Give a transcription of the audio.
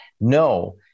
No